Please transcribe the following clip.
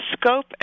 scope